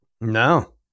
No